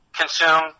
consume